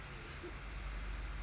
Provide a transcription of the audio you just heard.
hmm